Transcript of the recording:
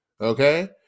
Okay